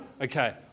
Okay